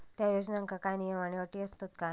त्या योजनांका काय नियम आणि अटी आसत काय?